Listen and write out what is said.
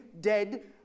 dead